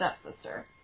stepsister